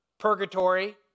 Purgatory